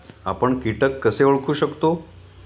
आपण कीटक कसे ओळखू शकतो?